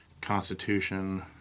constitution